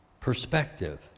perspective